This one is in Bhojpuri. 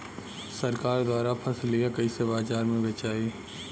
सरकार द्वारा फसलिया कईसे बाजार में बेचाई?